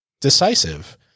decisive